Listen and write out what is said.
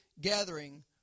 gathering